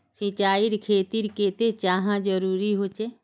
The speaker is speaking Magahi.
सिंचाईर खेतिर केते चाँह जरुरी होचे?